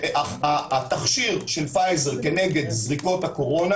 התכשיר של פייזר כנגד זריקות הקורונה